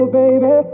baby